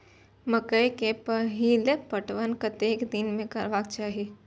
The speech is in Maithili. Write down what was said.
मकेय के पहिल पटवन कतेक दिन में करबाक चाही?